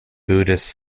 buddhists